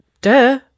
duh